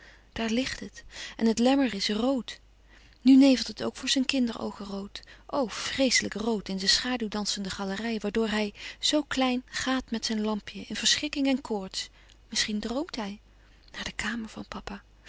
daar ligt het en het lemmer is rood nu nevelt het ook voor zijn kinderoogen rood o vreeslijk rood in de schaduwdansende galerij waardoor hij zoo klein gaat met zijn lampje in verschrikking en koorts misschien droomt hij naar de kamer van papa